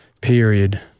period